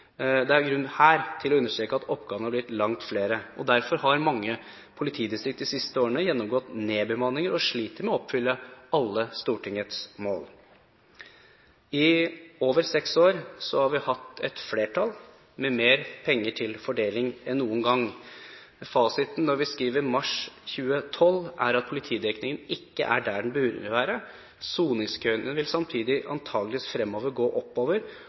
Det er her grunn til å understreke at oppgavene har blitt langt flere, og derfor har mange politidistrikt de siste årene gjennomgått nedbemanninger og sliter med å oppfylle alle Stortingets mål. I over seks år har vi hatt et flertall med mer penger til fordeling enn noen gang. Fasiten når vi skriver mars 2012, er at politidekningen ikke er der den burde være. Soningskøene vil samtidig antakeligvis øke fremover,